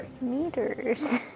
Meters